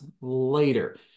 later